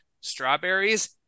strawberries